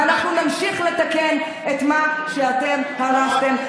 ואנחנו נמשיך לתקן את מה שאתם הרסתם.